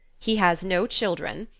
he has no children,